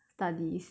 mm